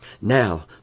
Now